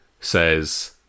says